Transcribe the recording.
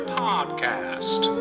podcast